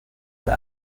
مثل